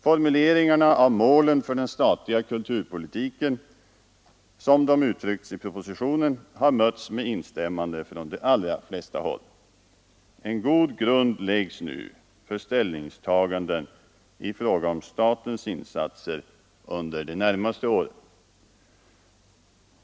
Formuleringarna av målen för den statliga kulturpolitiken, som de uttryckts i propositionen, har mötts med instämmanden från de allra flesta. En god grund läggs nu för ställningstaganden i fråga om statens insatser under de närmaste åren.